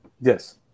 Yes